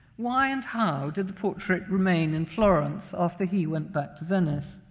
why and how did the portrait remain in florence after he went back to venice?